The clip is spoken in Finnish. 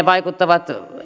vaikuttavat